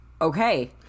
Okay